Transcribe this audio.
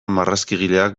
marrazkigileak